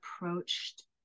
approached